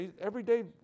Everyday